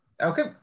Okay